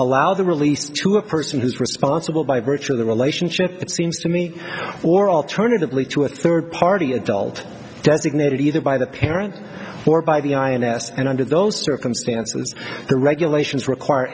allow the release to a person who's responsible by virtue of the relationship it seems to me or alternatively to a third party adult designated either by the parents or by the ins and under those circumstances the regulations require